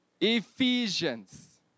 Ephesians